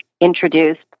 introduced